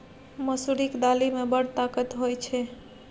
मसुरीक दालि मे बड़ ताकत होए छै